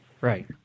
Right